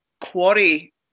quarry